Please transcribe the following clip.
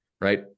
right